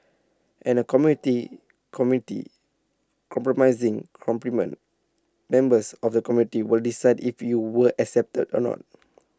and A community committee compromising compliment members of the community will decide if you were accepted or not